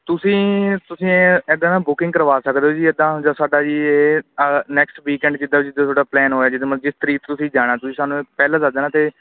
ਤੁਸੀਂ ਤੁਸੀਂ ਏ ਇੱਦਾਂ ਨਾ ਬੁਕਿੰਗ ਕਰਵਾ ਸਕਦੇ ਹੋ ਜੀ ਇੱਦਾਂ ਜੋ ਸਾਡਾ ਜੀ ਇਹ ਨੈਕਸਟ ਵੀਕਐਂਡ ਜਿੱਦਾਂ ਜਿੱਦਾਂ ਤੁਹਾਡਾ ਪਲੈਨ ਹੋਇਆ ਜਿਹਦੇ ਮਾ ਜਿਸ ਤਰੀਕ ਤੁਸੀਂ ਜਾਣਾ ਤੁਸੀਂ ਸਾਨੂੰ ਇਹ ਪਹਿਲਾਂ ਦੱਸ ਦੇਣਾ ਅਤੇ